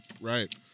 right